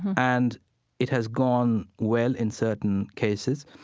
and it has gone well in certain cases,